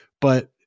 But-